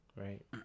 Right